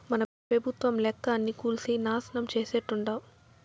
మన పెబుత్వం లెక్క అన్నీ కూల్సి నాశనం చేసేట్టుండావ్